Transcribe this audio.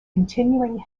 continuing